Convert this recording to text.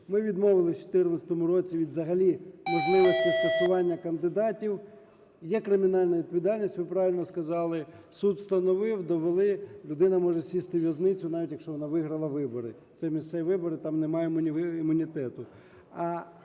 ми відмовились в 2014 році від взагалі можливості скасування кандидатів. Є кримінальна відповідальність, ви правильно сказали, суд встановив, довели, людина може сісти у в'язницю навіть, якщо вона виграла вибори. Це місцеві вибори, там немає імунітету.